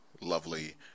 lovely